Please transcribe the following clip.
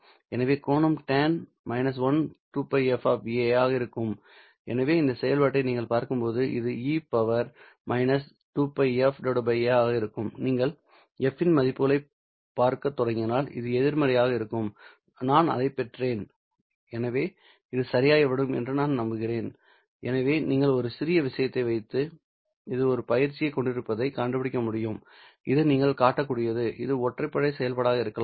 எனவே கோணம் tan 1 2Πf a ஆக இருக்கும் எனவே இந்த செயல்பாட்டை நீங்கள் பார்க்கும்போது இது e 2Πf a ஆக இருக்கும்நீங்கள் f இன் மதிப்புகளைப் பார்க்கத் தொடங்கினால் இது எதிர்மறையாக இருக்கும் நான் அதைப் பெற்றேன் எனவே இது சரியாகிவிடும் என்று நான் நம்புகிறேன் எனவே நீங்கள் ஒரு சிறிய விஷயத்தை வைத்து இது ஒரு பயிற்சியைக் கொண்டிருப்பதைக் கண்டுபிடிக்க முடியும் இது நீங்கள் காட்டக்கூடியது இது ஒற்றைப்படை செயல்பாடாக இருக்கலாம்